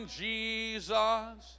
jesus